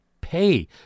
pay